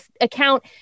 account